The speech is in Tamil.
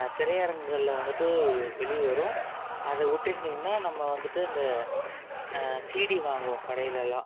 திரை அரங்குகளில் வந்துட்டு வெளியே வரும் அதை விட்ருந்திங்கன்னா நம்ம வந்துட்டு இந்த சிடி வாங்குவோம் கடையிலேலாம்